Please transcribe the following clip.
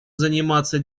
заниматься